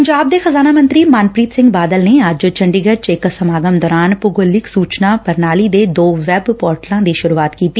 ਪੰਜਾਬ ਦੇ ਖਜ਼ਾਨਾ ਮੰਤਰੀ ਮਨਪ੍ਰੀਤ ਸਿੰਘ ਬਾਦਲ ਨੇ ਅੱਜ ਚੰਡੀਗੜ ਚ ਇਕ ਸਮਾਗਮ ਦੌਰਾਨ ਭੂਗੋਲਿਕ ਸੁਚਨਾ ਪ੍ਰਣਾਲੀ ਦੇ ਦੋ ਵੈੱਬ ਪੋਰਟਲਾਂ ਦੀ ਸ਼ੁਰੁਆਤ ਕੀਤੀ